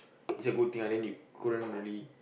it's good thing ah then you couldn't really